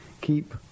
keep